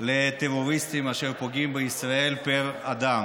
לטרוריסטים אשר פוגעים בישראל, פר אדם.